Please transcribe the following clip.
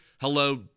Hello